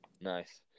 nice